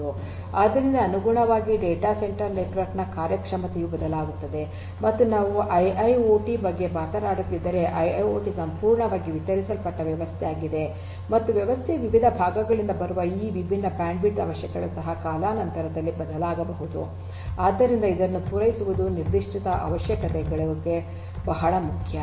ಆದ್ದರಿಂದ ಅನುಗುಣವಾಗಿ data centre network ನ ಕಾರ್ಯಕ್ಷಮತೆಯೂ ಬದಲಾಗುತ್ತದೆ ಮತ್ತು ನಾವು ಐಐಒಟಿ ಬಗ್ಗೆ ಮಾತನಾಡುತ್ತಿದ್ದರೆ ಐಐಒಟಿ ಸಂಪೂರ್ಣವಾಗಿ ವಿತರಿಸಲ್ಪಟ್ಟ ವ್ಯವಸ್ಥೆಯಾಗಿದೆ ಮತ್ತು ವ್ಯವಸ್ಥೆಯ ವಿವಿಧ ಭಾಗಗಳಿಂದ ಬರುವ ಈ ವಿಭಿನ್ನ ಬ್ಯಾಂಡ್ವಿಡ್ತ್ ಅವಶ್ಯಕತೆಗಳು ಸಹ ಕಾಲಾನಂತರದಲ್ಲಿ ಬದಲಾಗಬಹುದು ಆದ್ದರಿಂದ ಇದನ್ನು ಪೂರೈಸುವುದು ನಿರ್ದಿಷ್ಟ ಅವಶ್ಯಕತೆಗಳು ಬಹಳ ಮುಖ್ಯ